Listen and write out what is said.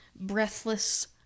breathless